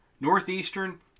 Northeastern